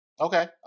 Okay